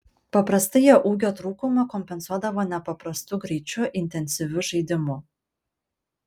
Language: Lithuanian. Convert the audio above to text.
paprastai jie ūgio trūkumą kompensuodavo nepaprastu greičiu intensyviu žaidimu